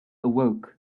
awoke